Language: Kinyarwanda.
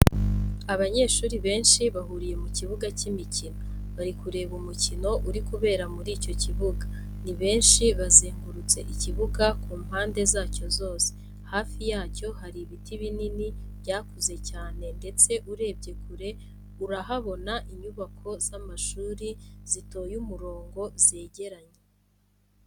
Abanyeshuri benshi bahuriye ku kibuga cy'imikino bari kureba umukino uri kubera muri icyo kibuga, ni benshi bazengurutse ikibuga ku mpande zacyo zose, hafi yacyo hari ibiti binini byakuze cyane ndetse urebye kure urahabona inyubako z'amashuri zitoye umurongo zegeranye.